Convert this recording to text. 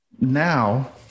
now